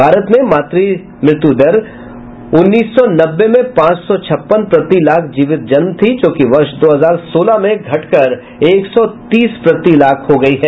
भारत में मातृ मृत्यु दर उन्नीस सौ नब्बे में पांच सौ छप्पन प्रति लाख जीवित जन्म थी जो कि वर्ष दो हजार सोलह में घटकर एक सौ तीस प्रति लाख हो गई है